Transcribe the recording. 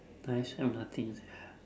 I also have nothing